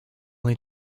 need